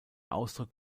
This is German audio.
ausdruck